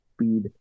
speed